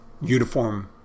uniform